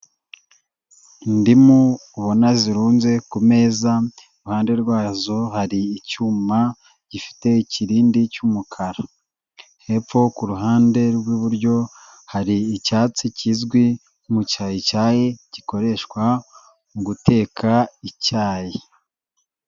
Indimu ubona zirunze ku meza, iruhande rwazo hari icyuma gifite ikiriindi cy'umukara, hepfo ku ruhande rw'iburyo hari icyatsi kizwi nk'umucyayicyayi gikoreshwa mu guteka icyayi.